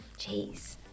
Jeez